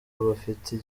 bafite